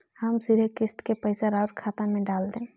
हम सीधे किस्त के पइसा राउर खाता में डाल देम?